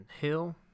Hill